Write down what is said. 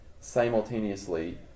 simultaneously